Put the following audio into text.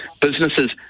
businesses